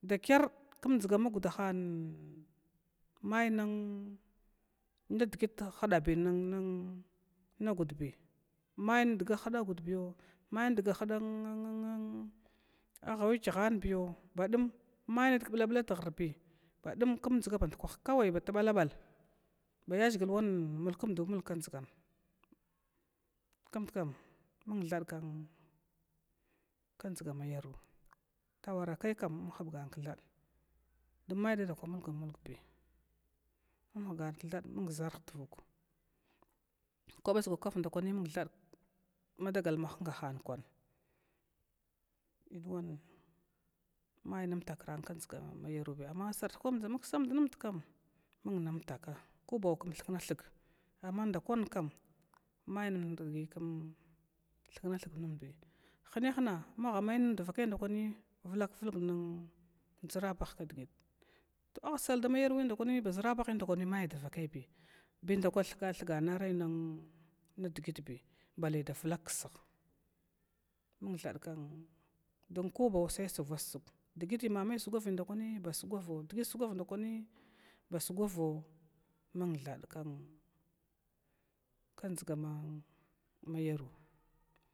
Da kyar kmdʒga ma gudahan may nndigit nngudbi may ndga hdagubiyo, mai ndga hda haiwukayhanbiyo badum maindgit blabla tihrahbiyo badum km dʒga bandkwah bat balabal ba yaʒhigl wan mulkumdumulg kdgan, mngthad kndʒga ma yarun kyawara kaikam inhubugan kthad don may dada kwa mulgwad mulgbi, in hubugan kthad mun ʒarha tvukar, kwabba sgwa kaf ndakwi mung thad madagal ma hugahan kwan may nmtakran kdga ma yarunbi sarta kwandʒa maksamd nmdkam dʒamtaka, kubau km thknathk amma ndawankam kam may ndgi km thukna thug nmdi, hinahna maha may nin dvakai nda ku vulakvulg ʒarabah kdgit, to aha sal dama yarwin nda kwa baʒrabahin ndaku may dvakaibi bindakwi thgnnarai dgitbi, bale da vlaksah mung thd don ko bau sa sugwavbadsug dgiti ma mai sgwavbi ndkwani ba sugwavo dgi sgwav ndakwani ba sugwavo mung thada kundʒgan mairo.